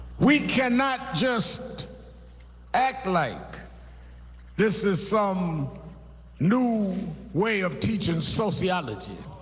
we cannot just act like this is some new way of teaching sociology.